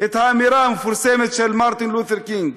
את האמירה המפורסמת של מרטין לותר קינג,